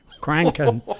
cranking